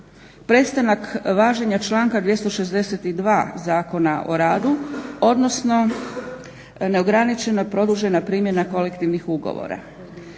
prestanak važenja članka 262. Zakona o radu, odnosno neograničena produžena primjena kolektivnih ugovora.